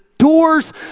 Doors